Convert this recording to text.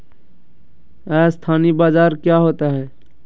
अस्थानी बाजार क्या होता है?